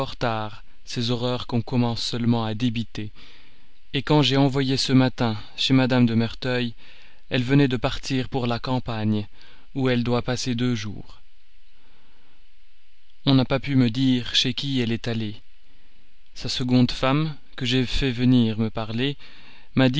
ces horreurs qu'on commence seulement à débiter quand j'ai envoyé ce matin chez mme de merteuil elle venait de partir pour la campagne où elle doit passer deux jours on n'a pas su me dire chez qui elle était allée sa seconde femme que j'ai fait venir me parler